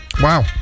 Wow